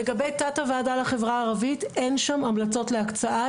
לגבי תת הוועדה לחברה הערבית אין שם המלצות להקצאה.